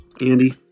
Andy